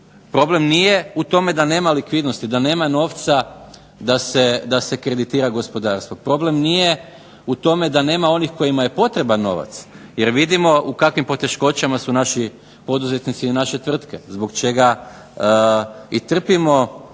problem nije u tome da nema likvidnosti, da nema novca da se kreditira gospodarstvo, problem nije u tome da nema onih kojima je potreban novac, jer vidimo u kakvim poteškoćama su naši poduzetnici i naše tvrtke, zbog čega i trpimo